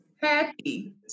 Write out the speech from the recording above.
Happy